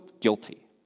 guilty